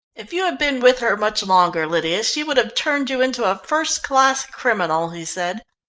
if you had been with her much longer, lydia, she would have turned you into a first-class criminal, he said.